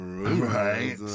Right